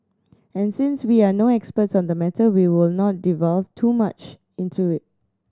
and since we are no experts on the matter we will not delve too much into it